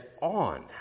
on